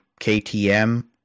KTM